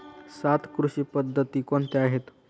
सात कृषी पद्धती कोणत्या आहेत?